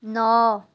ନଅ